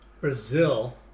Brazil